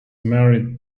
married